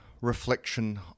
reflection